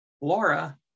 Laura